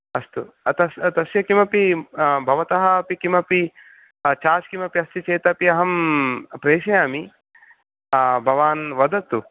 अस्तु अस्य तस्य किमपि भवतः अपि किमपि चार्ज् किमपि अस्ति चेत् अहं प्रेषयामि भवान् वदतु